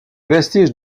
vestiges